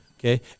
Okay